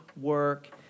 work